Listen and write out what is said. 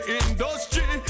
industry